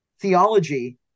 theology